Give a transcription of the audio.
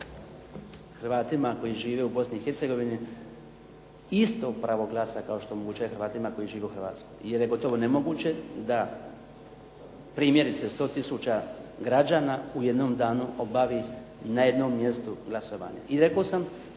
Hrvatima koji žive u Bosni i Hercegovini isto pravo glasa kao što omogućuje Hrvatima koji žive u Hrvatskoj, jer je gotovo nemoguće da primjerice 100 tisuća građana u jednom danu obavi na jednom mjestu glasovanje. I rekao sam